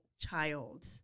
child